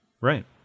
right